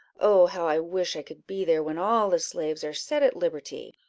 oh, how i wish i could be there when all the slaves are set at liberty!